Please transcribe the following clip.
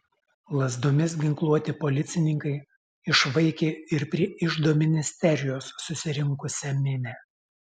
lazdomis ginkluoti policininkai išvaikė ir prie iždo ministerijos susirinksią minią